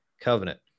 covenant